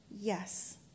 Yes